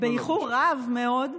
באיחור רב מאוד.